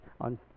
on